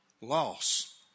loss